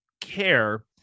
care